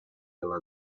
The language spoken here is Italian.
alla